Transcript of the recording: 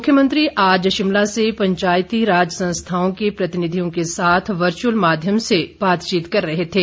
मुख्यमंत्री आज शिमला से पंचायती राज संस्थाओं के प्रतिनिधियों के साथ वर्चुअल माध्यम से बातचीत कर रहे थें